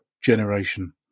generation